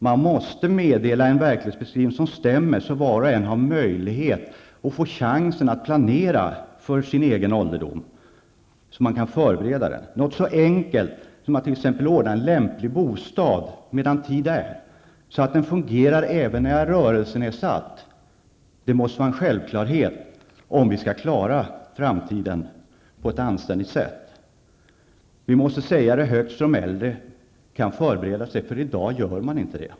Man måste ge en verklighetsbeskrivning som stämmer så att var och en har möjlighet och chansen att planera för sin egen ålderdom så att man kan förbereda sig inför den. Det kan vara fråga om något så enkelt som att t.ex. ordna en lämplig bostad medan tid är, så att den fungerar även när jag är rörelsenedsatt. Detta måste vara en självklarhet om vi skall klara oss i framtiden på ett anständigt sätt. Vi måste säga det högt så att de äldre kan förbereda sig. I dag gör man inte det.